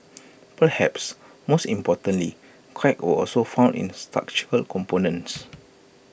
perhaps most importantly cracks were also found in structural components